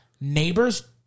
Neighbors